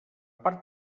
part